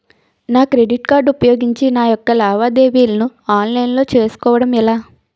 నా credit card ఉపయోగించి నా యెక్క లావాదేవీలను ఆన్లైన్ లో చేసుకోవడం ఎలా?